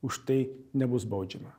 už tai nebus baudžiama